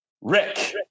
Rick